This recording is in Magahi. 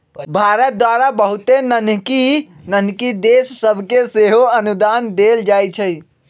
भारत द्वारा बहुते नन्हकि नन्हकि देश सभके सेहो अनुदान देल जाइ छइ